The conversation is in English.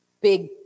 big